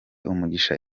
umugisha